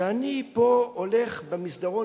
שאני פה הולך במסדרון,